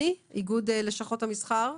איגוד לשכות המסחר.